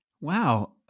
Wow